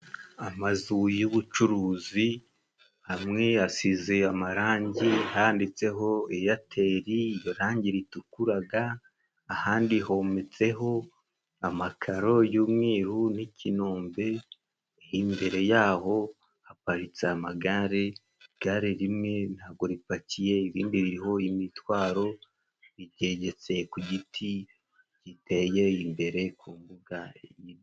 Amazu y'ubucuruzi amwe asize amarangi handitseho Eyateri, iryo rangi ritukuraga ahandi hometseho amakaro y'umweru n'ikinombe, imbere yaho haparitse amagare, igare rimwe ntago ripakiye, irindi ririho imitwaro, ryegetse ku giti giteye imbere ku mbuga.